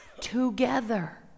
together